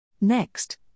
Next